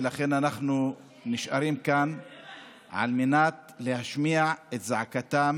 ולכן אנחנו נשארים כאן להשמיע את זעקתם